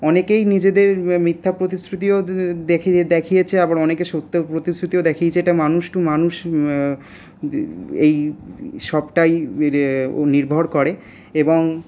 অনেকেই নিজের মিথ্যা প্রতিশ্রুতিও দেখিয়ে দেখিয়েছে আবার অনেকে সত্য প্রতিশ্রুতিও দেখিয়েছে এটা মানুষ টু মানুষ এই সবটাই নির্ভর করে এবং